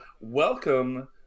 welcome